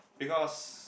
because